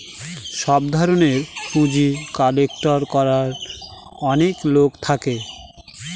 সব ধরনের পুঁজি কালেক্ট করার অনেক লোক থাকে